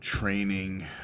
training